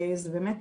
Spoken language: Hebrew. אז באמת,